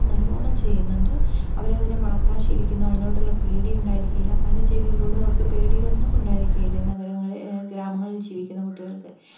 നല്ലോണം ചെയ്യുന്നുണ്ട് അവരതിനെ വളർത്താൻ ശീലിക്കുന്നു അതിനോട്ടുള്ള പേടി ഉണ്ടായിരിക്കുകയില്ല പല ജീവികളോടും അവർക്ക് പേടി ഒന്നും ഉണ്ടായിരിക്കില്ല നഗരങ്ങൾ ഗ്രാമങ്ങളിൽ ജീവിക്കുന്ന കുട്ടികൾക്ക്